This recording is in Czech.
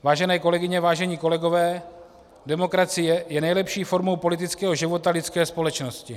Vážené kolegyně, vážení kolegové, demokracie je nejlepší formou politického života lidské společnosti.